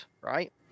right